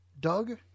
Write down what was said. doug